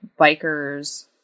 bikers